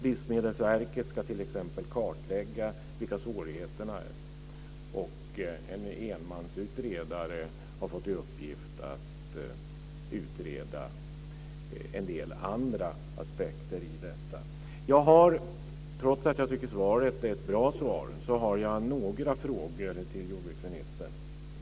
Livsmedelsverket ska t.ex. kartlägga vilka svårigheter som finns, och en enmansutredare har fått i uppgift att utreda en del andra aspekter på detta. Trots att jag tycker att jag har fått ett bra svar har jag några frågor till jordbruksministern.